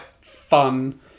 fun